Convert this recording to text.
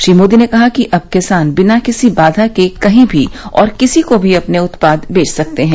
श्री मोदी ने कहा कि अब किसान बिना किसी बाधा के कहीं भी और किसी को भी अपने उत्पाद बेच सकते हैं